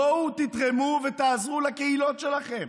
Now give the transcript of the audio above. בואו תתרמו ותעזרו לקהילות שלכם,